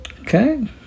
Okay